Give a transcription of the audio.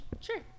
sure